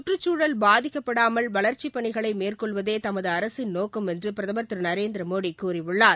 சுற்றச்சூழல் பாதிக்கப்படாமல் வளர்ச்சிப் பணிகளை மேற்கொள்வதே தமது அரசின் நோக்கம் என்று பிரதமர் திரு நரேந்திரமோடி கூறியுள்ளார்